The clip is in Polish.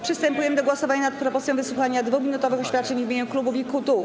Przystępujemy do głosowania nad propozycją wysłuchania 2-minutowych oświadczeń w imieniu klubów i kół.